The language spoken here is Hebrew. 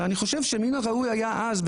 אבל אני חושב שמן הראוי היה אז,